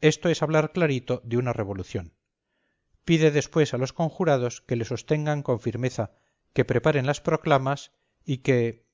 esto es hablar clarito de una revolución pide después a los conjurados que le sostengan con firmeza que preparen las proclamas y que